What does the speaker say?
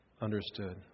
understood